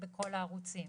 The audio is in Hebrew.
בכל הערוצים,